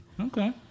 Okay